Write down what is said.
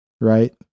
right